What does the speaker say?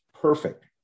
Perfect